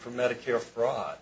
for medicare fraud